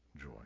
joy